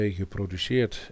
geproduceerd